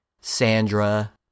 Sandra